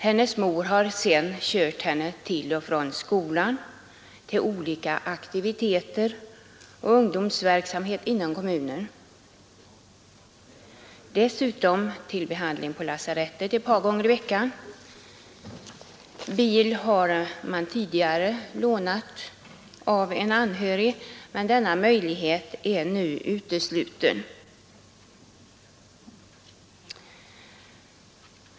Hennes mor har sedan kört henne till och från skolan, till olika aktiviteter och ungdomsverksamhet inom kommunen och dessutom till behandling på lasarettet ett par gånger i veckan. Bil har man tidigare lånat av en anhörig, men denna möjlighet är nu utesluten.